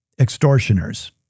extortioners